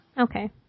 Okay